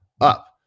up